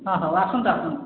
ହଁ ହଉ ଆସନ୍ତୁ ଆସନ୍ତୁ